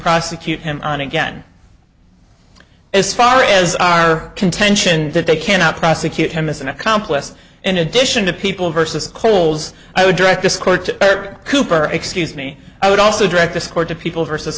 prosecute him on again as far as our contention that they cannot prosecute him as an accomplice in addition to people versus coles i would direct this court to cooper excuse me i would also direct this court to people versus